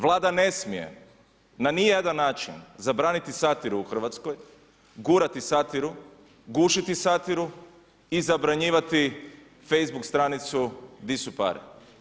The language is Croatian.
Vlada ne smije na ni jedan način zabraniti satiru u Hrvatskoj, gurati satiru, gušiti satiru i zabranjivati Facebook stranicu „Di su pare?